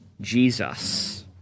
Jesus